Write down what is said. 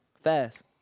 fast